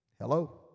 Hello